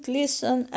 listen